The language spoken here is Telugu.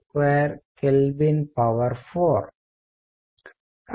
6710 8W m2K4